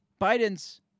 Biden's